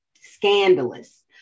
Scandalous